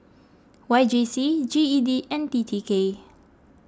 Y J C G E D and T T K